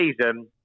season